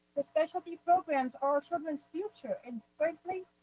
the specialty programs are our children's future and frankly,